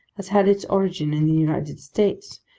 has had its origin in the united states,